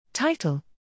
Title